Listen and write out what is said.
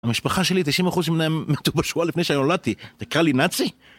המשפחה שלי, תשעים אחוזים מהם מתו בשואה לפני שנולדתי. תקרא לי נאצי?